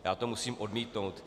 Já to musím odmítnout.